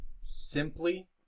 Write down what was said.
simply